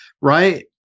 right